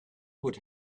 would